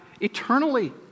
eternally